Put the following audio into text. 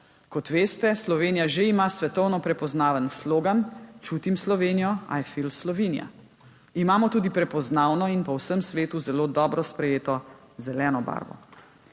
Kot veste, Slovenija že ima svetovno prepoznaven slogan: Čutim Slovenijo. I feel Slovenia. Imamo tudi prepoznavno in po vsem svetu zelo dobro sprejeto zeleno barvo.